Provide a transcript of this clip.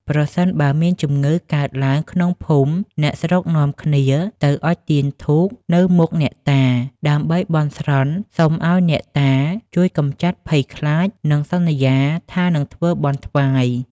ប្រសិនបើមានជំងឺកើតឡើងក្នុងភូមិ អ្នកស្រុកនាំគ្នាទៅអុជទៀនធូបនៅមុខអ្នកតា ដើម្បីបន់ស្រន់សុំឲ្យអ្នកតាជួយកម្ចាត់ភ័យខ្លាច និងសន្យាថានឹងធ្វើបុណ្យថ្វាយ ។